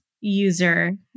user